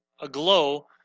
aglow